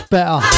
Better